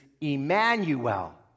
Emmanuel